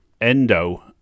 Endo